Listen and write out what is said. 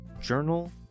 Journal